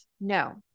No